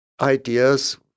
ideas